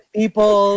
people